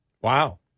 Wow